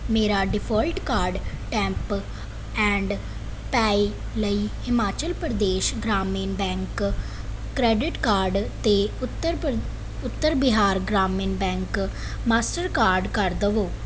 ਮੇਰਾ default card tap and pay ਲਈ Himachal Pradesh Gramin bank credit card ਅਤੇ ਉੱਤਰ ਪ੍ਰ Uttar Bihar Gramin bank master card ਕਰ ਦਵੋ